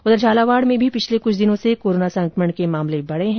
उधर झालावाड़ में भी पिछले कुछ दिनों से कोरोना संकमण के मामले बढ़े हैं